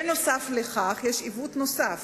יש עיוות נוסף.